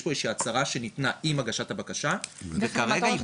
יש פה איזושהי הצהרה שניתנה עם הגשת הבקשה וכרגע היא,